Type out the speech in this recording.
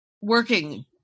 working